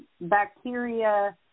bacteria